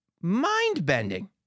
mind-bending